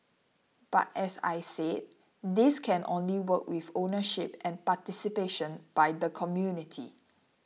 but as I said this can only work with ownership and participation by the community